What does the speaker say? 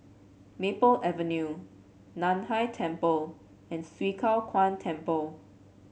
Maple Avenue Nan Hai Temple and Swee Kow Kuan Temple